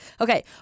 Okay